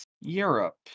Europe